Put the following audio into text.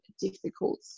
difficult